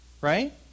right